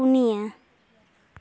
ᱯᱩᱱᱤᱭᱟ